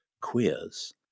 queers